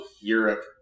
Europe